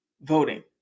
voting